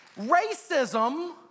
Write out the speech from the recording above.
Racism